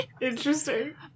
Interesting